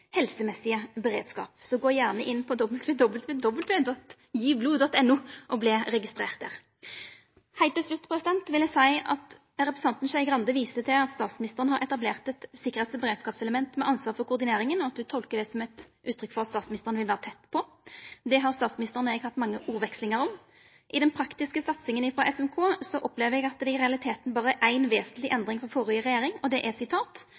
helsemessige beredskap, så gå gjerne inn på www.giblod.no og vert registrert der. Heilt til slutt vil eg seia at representanten Skei Grande viste til at statsministeren har etablert eit sikkerheits- og beredskapselement med ansvar for koordineringa, og at ho tolkar det som eit uttrykk for at statsministeren vil vera tett på. Det har statsministeren og eg hatt mange ordvekslingar om. I den praktiske satsinga frå SMK opplever eg at det i realiteten berre er éi vesentleg endring frå førre regjering, og det er